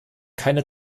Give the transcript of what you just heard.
keine